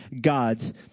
God's